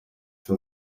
for